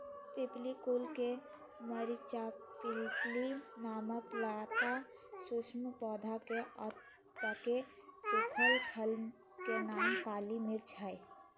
पिप्पली कुल के मरिचपिप्पली नामक लता सदृश पौधा के अधपके सुखल फल के नाम काली मिर्च हई